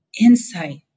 insight